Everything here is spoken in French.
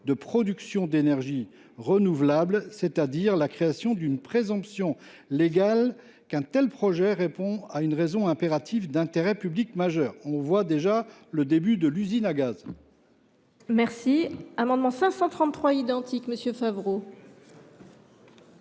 de production d’énergie renouvelable, c’est à dire la création d’une présomption légale qu’un tel projet répond à une raison impérative d’intérêt public majeur. On voit en effet venir l’usine à gaz…